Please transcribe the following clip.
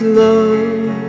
love